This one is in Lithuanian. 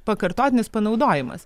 pakartotinis panaudojimas